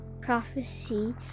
prophecy